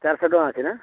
ଚାରିଶହ ଟଙ୍କା ଅଛି ନା